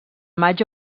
maig